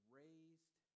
raised